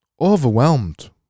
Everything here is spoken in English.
overwhelmed